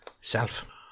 self